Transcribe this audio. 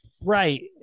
Right